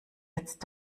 jetzt